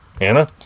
Anna